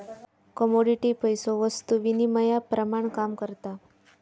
commodity पैसो वस्तु विनिमयाप्रमाण काम करता